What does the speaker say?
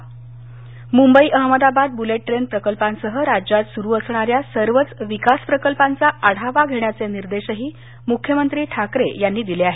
तसच Mumbai Ahmedabad bullet train प्रकल्पांसह राज्यात सुरु असणाऱ्या सर्वच विकास प्रकल्पांचा आढावा घेण्याचे निदेश मुख्यमंत्री ठाकरे यांनी दिले आहेत